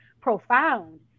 profound